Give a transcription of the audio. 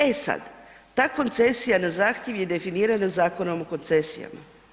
E sad, ta koncesija na zahtjev je definirana Zakonom o koncesijama.